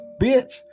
bitch